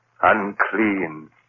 unclean